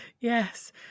Yes